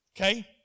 Okay